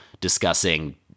discussing